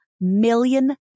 million